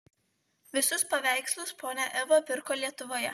visus paveikslus ponia eva pirko lietuvoje